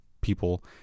people